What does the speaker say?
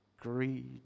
greed